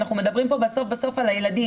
אנחנו מדברים פה בסוף על הילדים,